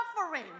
suffering